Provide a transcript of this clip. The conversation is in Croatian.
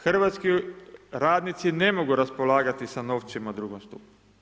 Hrvatski radnici ne mogu raspolagati sa novcima u 2. stupu.